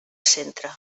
centre